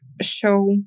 show